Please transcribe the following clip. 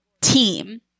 team